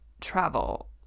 travel